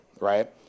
right